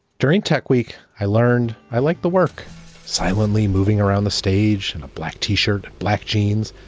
during tech week, i learned i like the work silently moving around the stage in a black t-shirt, and black jeans,